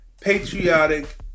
patriotic